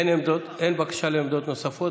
אין עמדות, אין בקשה לעמדות נוספות.